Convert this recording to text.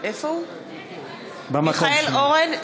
מיכאל אורן,